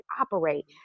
operate